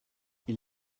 ils